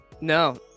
no